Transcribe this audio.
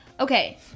Okay